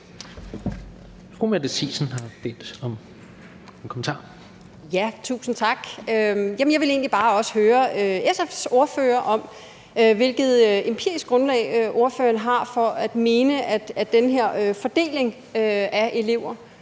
Tusind tak. Jeg ville egentlig bare høre også SF's ordfører om, hvilket empirisk grundlag ordføreren har for at mene, at den her fordeling af elever